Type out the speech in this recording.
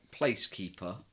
placekeeper